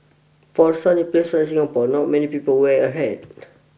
for a sunny place like Singapore not many people wear a hat